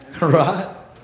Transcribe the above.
right